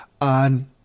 on